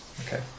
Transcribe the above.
Okay